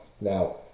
now